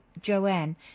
Joanne